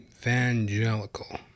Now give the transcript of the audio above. evangelical